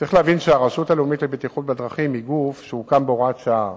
צריך להבין שהרשות הלאומית לבטיחות בדרכים היא גוף שהוקם בהוראת שעה,